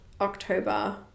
October